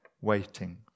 waiting